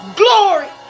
glory